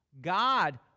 God